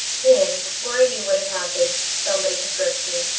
then, before i knew what had happened, somebody had gripped me.